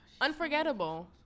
Unforgettable